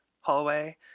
hallway